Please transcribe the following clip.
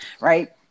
right